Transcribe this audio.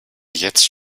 jetzt